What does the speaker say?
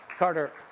carter,